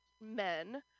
men